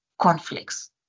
conflicts